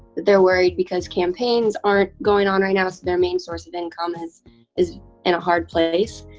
they're worried because campaigns aren't going on right now, so their main source of income is is in a hard place.